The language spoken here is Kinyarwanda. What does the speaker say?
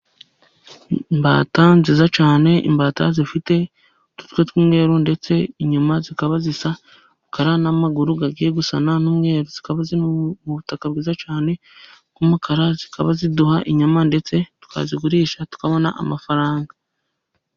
Imbata nziza cyane, imbata zifite udutwe tw'umweru, ndetse inyuma zikaba zisa umukara, n'amaguru agiye gusa n'umweru, zikaba ziri mu butaka bwiza cyane bw'umukara. Zikaba ziduha inyama, ndetse twazigurisha tukabona amafaranga.